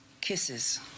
Kisses